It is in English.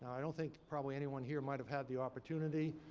i don't think probably anyone here might have had the opportunity.